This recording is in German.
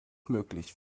möglich